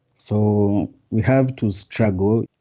so we have to struggle.